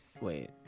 Wait